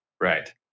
Right